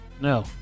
No